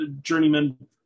journeyman